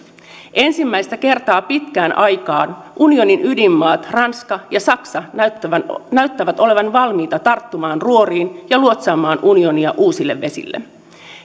ensimmäistä kertaa pitkään aikaan unionin ydinmaat ranska ja saksa näyttävät näyttävät olevan valmiita tarttumaan ruoriin ja luotsaamaan unionia uusille vesille